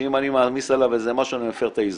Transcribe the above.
שאם אני מעמיס עליו איזה משהו אני מפר את האיזונים.